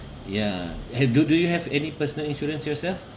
ya have do do you have any personal insurance yourself